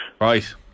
Right